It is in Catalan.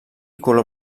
color